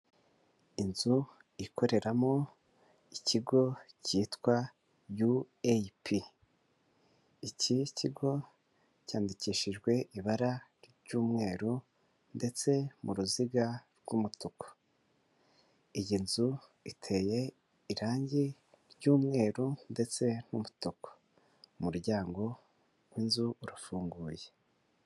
Inzu ikoreramo ikigo cyitwa UAP. Iki kigo cyandikishijwe ibara ry'umweru ndetse mu ruziga rw'umutuku. Iyi nzu iteye irangi ry'umweru ndetse n'umutuku. Umuryango w'inzu urafunguye.